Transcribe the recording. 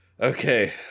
Okay